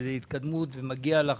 זה קידום ומגיע לך,